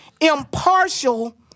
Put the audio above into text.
impartial